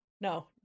No